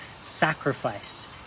sacrificed